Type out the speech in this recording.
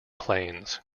planes